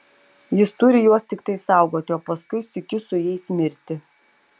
jis turi juos tiktai saugoti o paskui sykiu su jais mirti